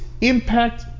impact